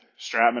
Stratman